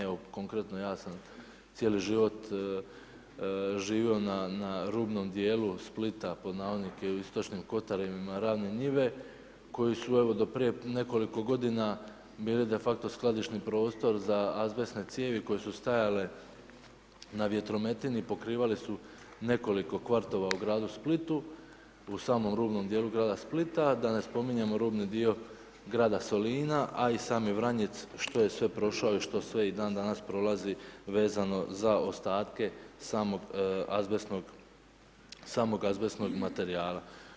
Evo konkretno ja sam cijeli život živio na rubnom dijelu Splita, pod navodnike u istočnim Kotarevima Ravne Njive koje su evo do prije nekoliko godina bile de facto skladišni prostor za azbestne cijevi koje su stajale na vjetrometini, pokrivali su nekoliko kvartova u Gradu Splitu, u samom rubnom dijelu Grada Splita, da ne spominjemo rubni dio Grada Solina, a i sami Vranjic što je sve prošao i što sve i dan danas prolazi vezano za ostatke samog azbestnog materijala.